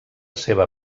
seva